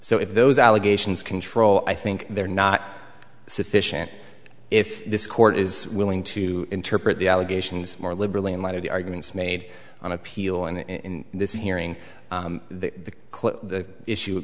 so if those allegations control i think they're not sufficient if this court is willing to interpret the allegations more liberally in light of the arguments made on appeal in this hearing the clip the issue